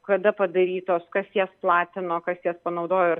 kada padarytos kas jas platino kas jas panaudojo